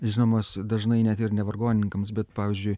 žinomos dažnai net ir ne vargonininkams bet pavyzdžiui